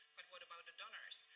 but what about the donors?